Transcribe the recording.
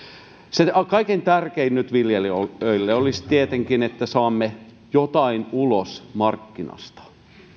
se kaikkein tärkein viljelijöille nyt olisi tietenkin että saamme jotain ulos markkinasta